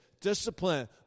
Discipline